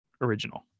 original